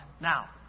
Now